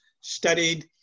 studied